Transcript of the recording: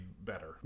better